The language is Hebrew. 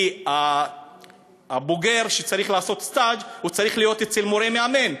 כי הבוגר שצריך לעשות סטאז' צריך להיות אצל מורה מאמן.